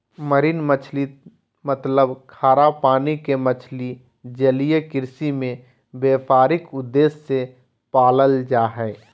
marine मछली मतलब खारा पानी के मछली जलीय कृषि में व्यापारिक उद्देश्य से पालल जा हई